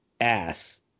ass